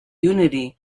unity